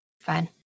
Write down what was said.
Fine